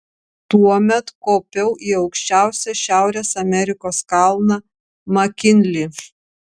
tuomet kopiau į aukščiausią šiaurės amerikos kalną makinlį